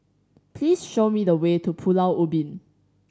please show me the way to Pulau Ubin